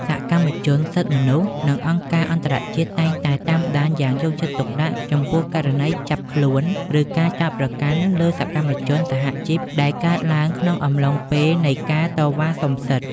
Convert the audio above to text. សកម្មជនសិទ្ធិមនុស្ស និងអង្គការអន្តរជាតិតែងតែតាមដានយ៉ាងយកចិត្តទុកដាក់ចំពោះករណីចាប់ខ្លួន ឬការចោទប្រកាន់លើសកម្មជនសហជីពដែលកើតឡើងក្នុងអំឡុងពេលនៃការតវ៉ាសុំសិទ្ធិ។